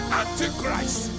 antichrist